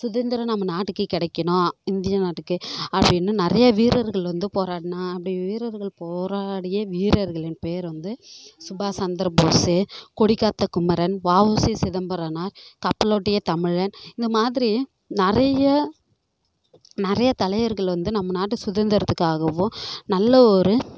சுதந்திரம் நம்ம நாட்டுக்கே கிடைக்கணும் இந்திய நாட்டுக்கு அப்படின்னு நிறையா வீரர்கள் வந்து போராடினா அப்படி வீரர்கள் போராடிய வீரர்களின் பெயர் வந்து சுபாஷ் சந்திர போஸு கொடி காத்த குமரன் வாஉசி சிதம்பரனார் கப்பலோட்டிய தமிழன் இந்த மாதிரி நிறைய நிறைய தலைவர்கள் வந்து நம்ம நாட்டு சுதந்திரத்துக்காகவும் நல்லவொரு